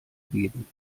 geben